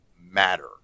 matter